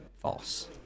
false